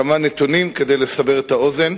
כמה נתונים כדי לסבר את האוזן: